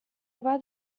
bat